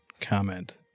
comment